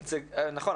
נכון.